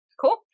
Cool